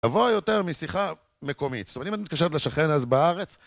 גבוה יותר משיחה מקומית, זאת אומרת אם את מתקשרת לשכן אז בארץ...